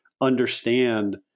understand